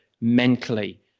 mentally